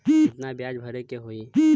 कितना ब्याज भरे के होई?